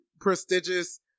prestigious